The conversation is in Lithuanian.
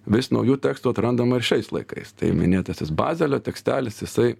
vis naujų tekstų atrandama ir šiais laikais tai minėtasis bazelio tekstelis jisai